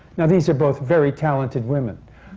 now, these are both very talented women.